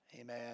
amen